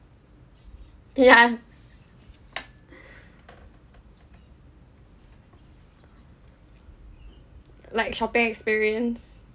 yeah like shopping experience